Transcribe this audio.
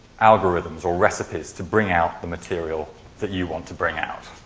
algorithms or recipes to bring out the material that you want to bring out.